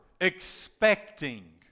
expecting